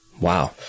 Wow